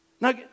Now